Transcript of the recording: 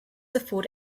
afford